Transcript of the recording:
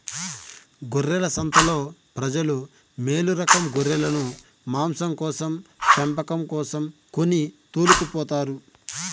గొర్రెల సంతలో ప్రజలు మేలురకం గొర్రెలను మాంసం కోసం పెంపకం కోసం కొని తోలుకుపోతారు